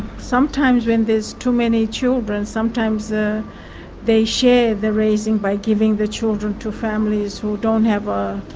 sometimes when there's too many children sometimes ah they share the raising by giving the children to families who don't have a,